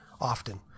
often